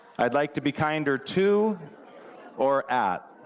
i'd like to be kinder to or at.